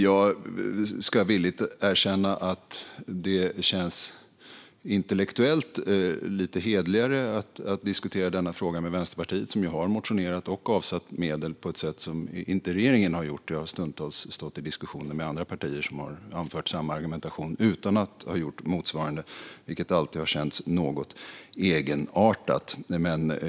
Jag ska villigt erkänna att det känns intellektuellt lite hederligare att diskutera denna fråga med Vänsterpartiet, som ju har motionerat och avsatt medel på ett sätt som inte regeringen har gjort. Jag har stundtals stått i diskussioner med andra partier som har anfört samma argumentation utan att ha gjort motsvarande, vilket alltid har känts något egenartat.